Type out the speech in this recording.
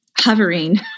hovering